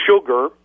sugar